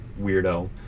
weirdo